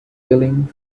feeling